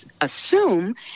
assume